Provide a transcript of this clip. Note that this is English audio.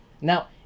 Now